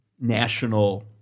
national